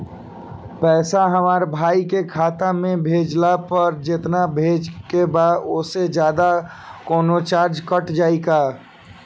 पैसा हमरा भाई के खाता मे भेजला पर जेतना भेजे के बा औसे जादे कौनोचार्ज कट जाई का?